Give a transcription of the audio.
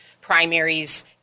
primaries